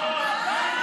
להתראות.